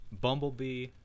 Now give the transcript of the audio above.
bumblebee